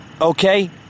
okay